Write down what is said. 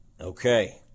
Okay